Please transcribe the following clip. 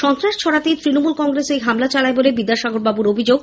সন্ত্রাস ছড়াতে তৃণমূল কংগ্রেস এই হামলা চালায় বলে বিদ্যাসাগর বাবুর অভিযোগ